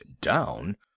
down